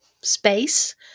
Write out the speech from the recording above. space